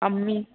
আমি